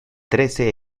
trece